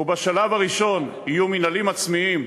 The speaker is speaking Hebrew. ובשלב הראשון יהיו מינהלים עצמיים,